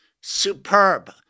superb